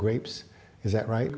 grapes is that right